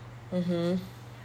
mmhmm